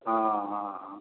हँ हँ हँ